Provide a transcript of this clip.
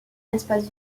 espace